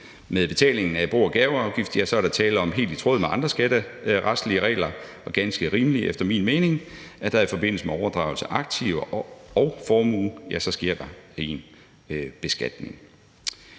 Med betalingen af bo- og gaveafgift er der helt i tråd med andre skatteretlige regler, som er ganske rimelige efter min mening, tale om, at der i forbindelse med overdragelse af aktiver og formue sker en beskatning.